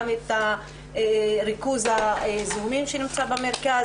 גם להקטין את ריכוז הזיהומים שנמצא במרכז